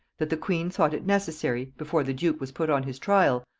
that the queen thought it necessary, before the duke was put on his trial,